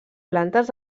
plantes